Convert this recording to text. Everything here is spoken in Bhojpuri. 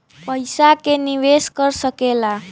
पइसा के निवेस कर सकेला